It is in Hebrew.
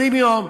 20 יום.